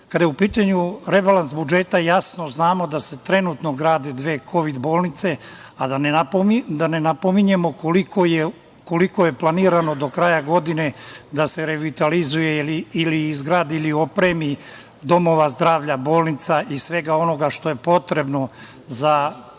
je u pitanju rebalans budžeta, jasno znamo da se trenutno grade dve kovid bolnice, a da ne pominjemo koliko je planirano do kraja godine da se revitalizuje ili izgradi ili izradi ili opremi domova zdravlja, bolnica i svega onoga što je potrebno za zdravlje